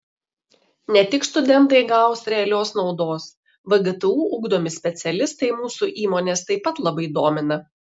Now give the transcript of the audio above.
ne tik studentai gaus realios naudos vgtu ugdomi specialistai mūsų įmones taip pat labai domina